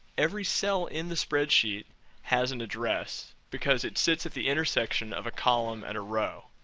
every cell in the spreadsheet has an address, because it sits at the intersection of a column and a row.